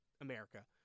America